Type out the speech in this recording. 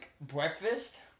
breakfast